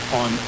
on